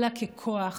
אלא ככוח,